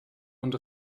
und